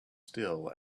still